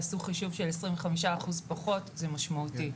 תעשו חישוב, 25% פחות זה משמעותי.